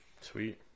Sweet